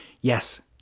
Yes